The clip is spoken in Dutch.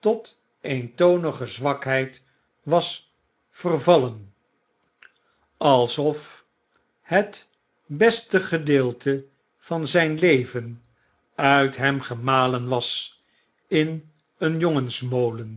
tot eentonige zwakheid was vervallen alsof het beste gedeelte van zjjn leven uit hem gemalen was in een